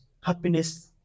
Happiness